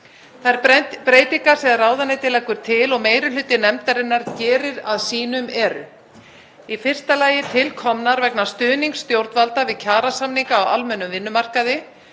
Þær breytingar sem ráðuneytið leggur til og meiri hluti nefndarinnar gerir að sínum eru í fyrsta lagi til komnar vegna stuðnings stjórnvalda við kjarasamninga á almennum vinnumarkaði.